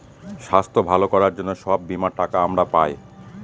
স্বাস্থ্য ভালো করার জন্য সব বীমার টাকা আমরা পায়